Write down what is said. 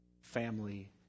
family